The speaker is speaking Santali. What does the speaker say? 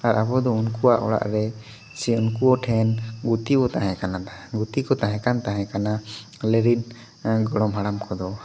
ᱟᱨ ᱟᱵᱚ ᱫᱚ ᱩᱱᱠᱩᱣᱟᱜ ᱚᱲᱟᱜ ᱨᱮ ᱥᱮ ᱩᱱᱠᱩ ᱴᱷᱮᱱ ᱜᱩᱛᱤ ᱵᱚ ᱛᱟᱦᱮᱸ ᱠᱟᱱᱟ ᱛᱟᱦᱮᱫ ᱜᱩᱛᱤ ᱠᱚ ᱛᱟᱦᱮᱸ ᱠᱟᱱ ᱛᱟᱦᱮᱸ ᱠᱟᱱᱟ ᱟᱞᱮᱨᱮᱱ ᱜᱚᱲᱚᱢ ᱦᱟᱲᱟᱢ ᱠᱚᱫᱚ